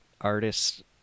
artists